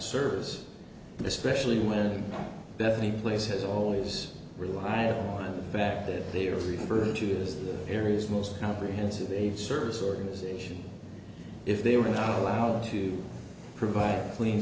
service and especially when bethany place has always relied on the fact that they are preferred to the areas most comprehensive a service organization if they were not allowed to provide clean